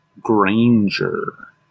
Granger